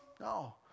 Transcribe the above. No